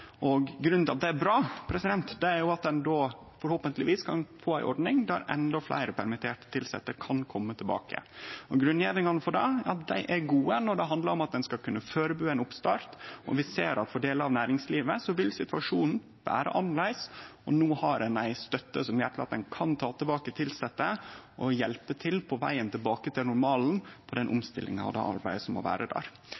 til at det er bra, er at ein då forhåpentlegvis kan få ei ordning der endå fleire permitterte tilsette kan kome tilbake. Grunngjevingane for det er gode når det handlar om at ein skal kunne førebu ein oppstart. Vi ser at for delar av næringslivet vil situasjonen vere annleis, og no har ein ei støtte som gjer at ein kan ta tilbake tilsette og hjelpe til på vegen tilbake til normalen og den